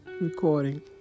recording